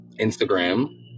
Instagram